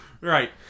Right